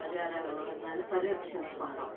పర్యావరణాన్ని పరిరక్షించుకుందాం